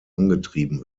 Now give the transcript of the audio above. angetrieben